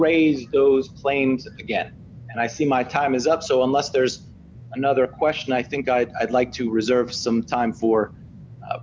reraise those planes again and i see my time is up so unless there's another question i think i'd like to reserve some time for